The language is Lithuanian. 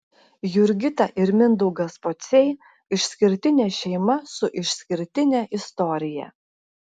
jurgita ir mindaugas pociai išskirtinė šeima su išskirtine istorija